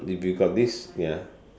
if you got this ya